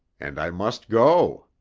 and i must go.